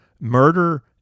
Murder